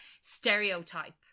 stereotype